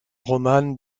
romane